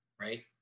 right